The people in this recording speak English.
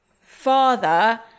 father